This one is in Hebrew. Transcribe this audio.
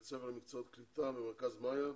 ההכשרה בבית ספר למקצועות קליטה במרכז 'מאיה'